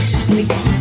sneak